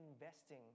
investing